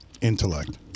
intellect